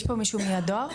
יש פה מישהו מהדואר?